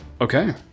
okay